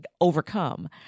overcome